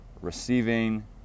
receiving